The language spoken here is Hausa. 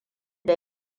da